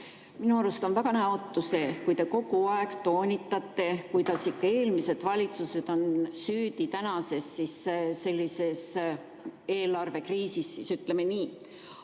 Minu arust on väga näotu see, et te kogu aeg toonitate, kuidas eelmised valitsused on süüdi tänases eelarvekriisis, ütleme nii.